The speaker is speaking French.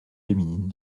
féminine